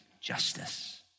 justice